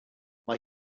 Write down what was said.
mae